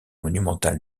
monumental